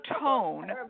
tone